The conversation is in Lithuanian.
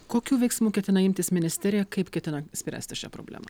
kokių veiksmų ketina imtis ministerija kaip ketina spręsti šią problemą